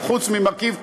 חוץ ממרכיב קטן,